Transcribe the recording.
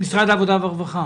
התבחינים מפורסמים